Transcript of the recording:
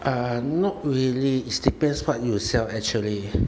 uh not really is depends what you sell actually